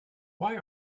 why